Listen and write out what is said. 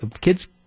kids